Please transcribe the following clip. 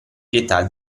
pietà